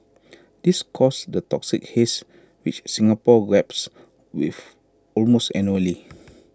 this causes the toxic haze which Singapore grapples with almost annually